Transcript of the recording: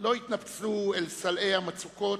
לא יתנפצו אל סלעי המצוקות,